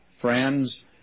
friends